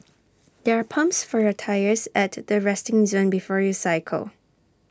there are pumps for your tyres at the resting zone before you cycle